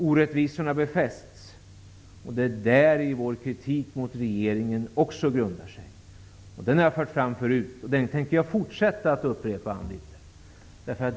Orättvisorna befästs, och det är det som vår kritik mot regeringen grundar sig på. Denna kritik har jag fört fram förut, och den tänker jag fortsätta att upprepa, Anne Wibble.